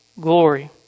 glory